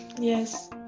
Yes